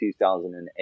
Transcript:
2008